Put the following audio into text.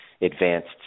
advanced